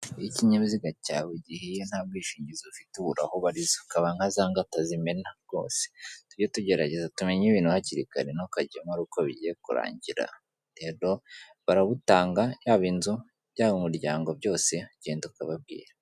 Iyo ikinyabiziga cyawe gihiye nta bwishingizi ufite ubura aho ubariza, ukaba nka za ngata zimena rwose. Tujye tugerageza tumenye ibintu hakiri kare ntukajyemo ari uko bigiye kurangira rero barabutanga yaba inzu, byaba umuryango byose uragenda ukababwira.